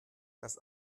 das